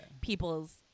people's